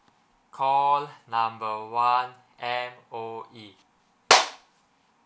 call number one M_O_E